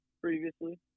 previously